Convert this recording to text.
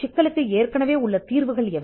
தற்போதுள்ள தீர்வுகள் என்ன